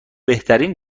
بهترین